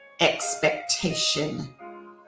expectation